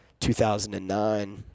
2009